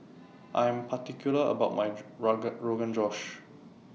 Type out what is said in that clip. I Am particular about My Rogan Josh